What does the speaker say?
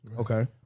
Okay